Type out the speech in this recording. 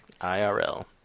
IRL